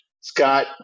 Scott